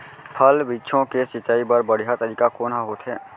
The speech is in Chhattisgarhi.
फल, वृक्षों के सिंचाई बर बढ़िया तरीका कोन ह होथे?